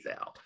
out